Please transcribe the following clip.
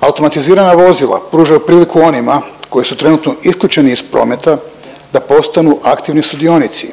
Automatizirana vozila pružaju priliku onima koji su trenutno isključeni iz prometa da postanu aktivni sudionici,